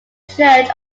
church